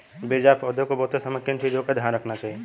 बीज या पौधे को बोते समय किन चीज़ों का ध्यान रखना चाहिए?